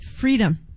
freedom